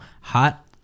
Hot